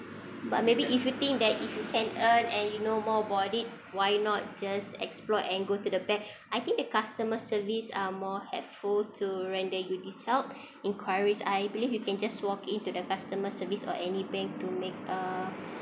but maybe if you think that if you can earn and you know more about it why not just explore and go to the bank I think the customer service are more helpful to render you this help enquiries I believe you can just walk in to the customer service or any bank to make a